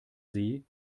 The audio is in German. see